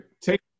Take